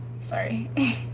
Sorry